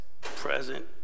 present